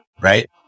right